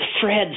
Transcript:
Fred